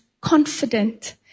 confident